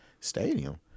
stadium